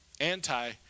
anti